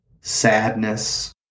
sadness